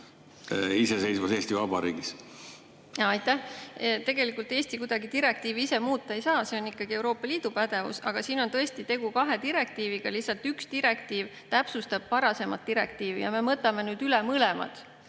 iseseisvas Eesti Vabariigis? Aitäh! Tegelikult Eesti kuidagi direktiivi ise muuta ei saa, see on ikkagi Euroopa Liidu pädevuses, aga siin on tõesti tegu kahe direktiiviga, lihtsalt üks direktiiv täpsustab varasemat direktiivi. Ja me võtame nüüd üle mõlemad